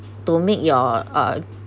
to make your uh